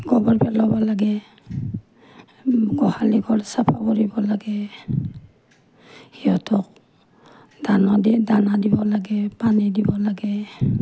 গোবৰ পেলাব লাগে গোহালি ঘৰ চাফা কৰিব লাগে সিহঁতক দানা দে দানা দিব লাগে পানী দিব লাগে